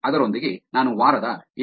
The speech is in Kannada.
ಅದರೊಂದಿಗೆ ನಾನು ವಾರದ 7